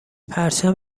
پرچم